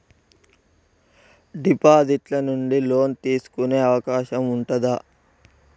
Deposit ల నుండి loan తీసుకునే అవకాశం ఉంటదా?